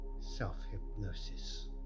self-hypnosis